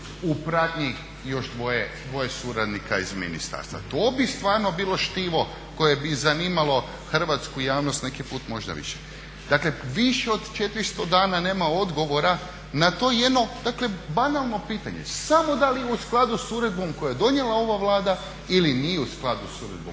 u pratnji još dvoje suradnika iz ministarstva. To bi stvarno bilo stvarno bilo štivo koje bi zanimalo hrvatsku javnost, neki put možda više. Dakle više od 400 dana nema odgovora na to jedno banalno pitanje, samo da li je u skladu s uredbom koje je donijela ova Vlada ili nije u skladu s uredbom